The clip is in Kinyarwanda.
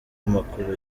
amakuru